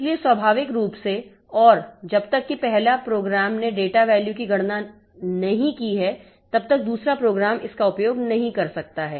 इसलिए स्वाभाविक रूप से और जब तक कि पहले प्रोग्राम ने डेटा वैल्यू की गणना नहीं की है तब तक दूसरा प्रोग्राम इसका उपयोग नहीं कर सकता है